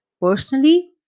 personally